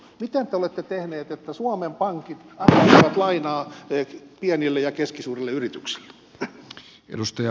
mitä te olette tehneet että suomen pankit antaisivat lainaa pienille ja keskisuurille yrityksille